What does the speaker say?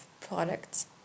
products